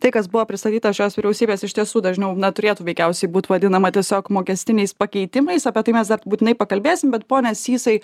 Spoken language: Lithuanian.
tai kas buvo pristatyta šios vyriausybės iš tiesų dažniau na turėtų veikiausiai būt vadinama tiesiog mokestiniais pakeitimais apie tai mes dar būtinai pakalbėsim bet pone sysai